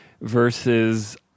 versus